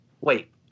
Wait